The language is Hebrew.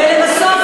ולבסוף,